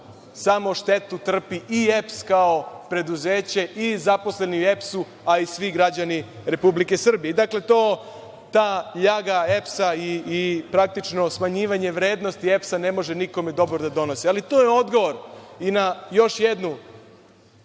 samo štetu trpi i EPS kao preduzeće i zaposleni u EPS-u, a i svi građani Republike Srbije. Dakle, ta ljaga EPS-a i praktično smanjivanje vrednosti EPS-a ne može nikome dobro da donosi, ali to je odgovor i na još jednu